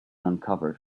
uncovered